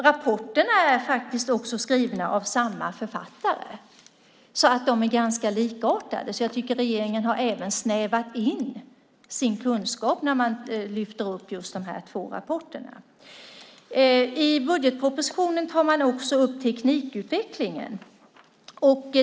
Rapporterna är faktiskt också skrivna av samma författare, därför är de ganska likartade. Jag tycker att regeringen även har snävat in sin kunskap när man lyfter fram just de här två rapporterna. I budgetpropositionen tar man också upp teknikutvecklingen.